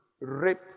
rape